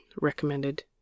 recommended